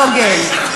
לא הוגן.